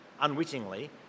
unwittingly